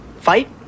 fight